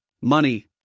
money